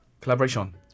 Collaboration